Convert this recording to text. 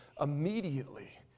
immediately